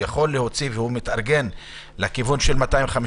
הוא יכול להוציא והוא מתארגן לכיוון של 250,